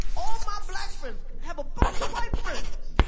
all my black friends have a bunch of white friends,